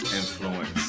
influence